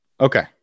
Okay